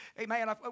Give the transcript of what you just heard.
amen